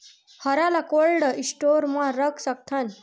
हरा ल cold store म रख सकथन?